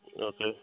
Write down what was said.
Okay